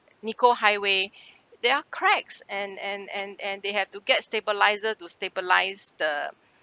nicoll highway there are cracks and and and and they had to get stabilizer to stabilize the